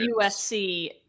USC